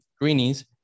Greenies